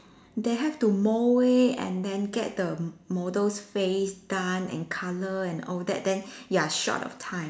they have to mold it and then get the model's face done and colour and all that then ya short of time